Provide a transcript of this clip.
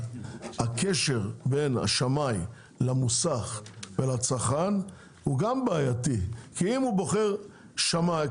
הקשר בין השמאי למוסך ולצרכן הוא גם בעייתי כי אם הוא בוחר שמאי,